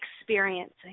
experiencing